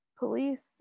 police